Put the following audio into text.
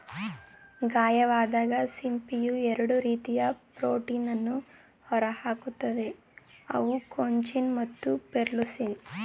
ಗಾಯವಾದಾಗ ಸಿಂಪಿಯು ಎರಡು ರೀತಿಯ ಪ್ರೋಟೀನನ್ನು ಹೊರಹಾಕ್ತದೆ ಅವು ಕೊಂಚಿನ್ ಮತ್ತು ಪೆರ್ಲುಸಿನ್